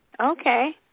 Okay